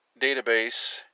database